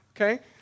okay